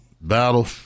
battle